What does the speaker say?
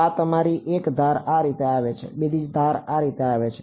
તો આ તમારી એક ધાર આ રીતે આવે છે બીજી ધાર આ રીતે આવે તો